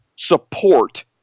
Support